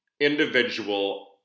individual